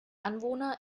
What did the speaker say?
anwohner